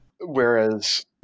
Whereas